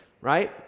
right